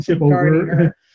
over